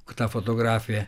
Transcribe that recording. ta fotografija